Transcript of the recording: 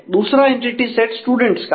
दूसरा NTT set students का है